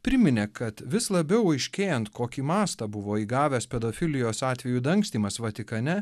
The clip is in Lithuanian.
priminė kad vis labiau aiškėjant kokį mastą buvo įgavęs pedofilijos atvejų dangstymas vatikane